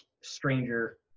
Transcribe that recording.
stranger